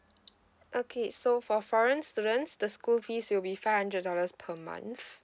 okay so for foreign students the school fees will be five hundred dollars per month